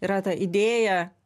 yra ta idėja